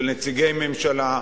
של נציגי ממשלה,